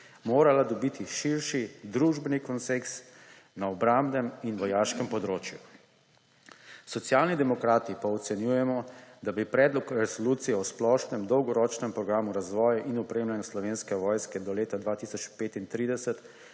morala dobiti širši družbeni konsenz na obrambnem in vojaškem področju. Socialni demokrati pa ocenjujemo, da bi Predlog resolucije o splošnem dolgoročnem programu razvoja in opremljanja Slovenske vojske do leta 2035